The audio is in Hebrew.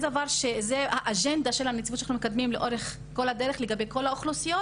זו האג'נדה של הנציבות שאנחנו מקדמים לאורך כל הדרך לגבי כל האוכלוסיות,